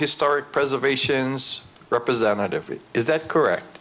historic preservation zz representative is that correct